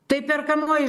tai perkamoji